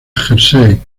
jersey